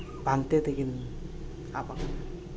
ᱯᱟᱱᱛᱮ ᱛᱮᱠᱤᱱ ᱟᱵ ᱟᱠᱟᱱᱟ